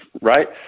right